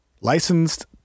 licensed